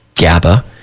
GABA